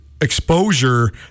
exposure